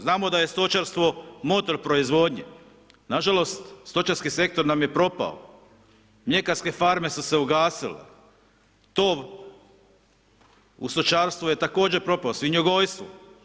Znamo da je stočarstvo motor proizvodnje, nažalost stočarski sektor nam je propao, mljekarske farme su se ugasile, tov u stočarsku je također propao, svinjogojstvo.